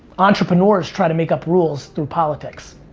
entrepreneurs try to make up rules through politics.